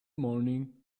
morning